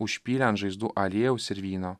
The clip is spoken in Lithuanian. užpylė ant žaizdų aliejaus ir vyno